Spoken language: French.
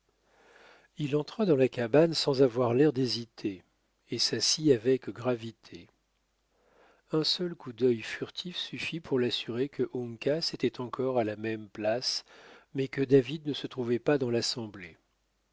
il entra dans la cabane sans avoir l'air d'hésiter et s'assit avec gravité un seul coup d'œil furtif suffit pour l'assurer que uncas était encore à la même place mais que david ne se trouvait pas dans l'assemblée